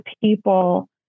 people